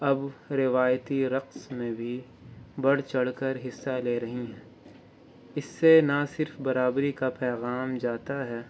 اب روایتی رقص میں بھی بڑھ چڑھ کر حصہ لے رہی ہیں اس سے نہ صرف برابری کا پیغام جاتا ہے